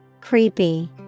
Creepy